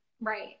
right